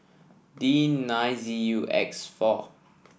D nine Z U X four